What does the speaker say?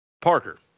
Parker